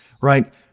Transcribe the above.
right